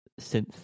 synth